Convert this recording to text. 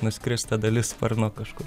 nuskris ta dalis sparno kažkur